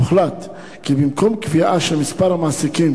הוחלט כי במקום קביעה של מספר המעסיקים